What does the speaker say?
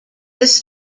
this